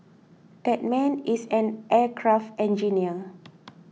that man is an aircraft engineer